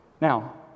Now